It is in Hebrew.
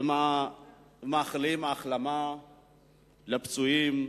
ומאחלים החלמה לפצועים,